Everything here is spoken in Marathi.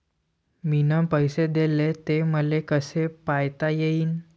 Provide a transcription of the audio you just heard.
मिन पैसे देले, ते मले कसे पायता येईन?